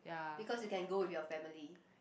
because you can go with your family